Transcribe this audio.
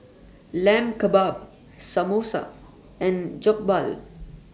Lamb Kebabs Samosa and Jokbal